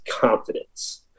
confidence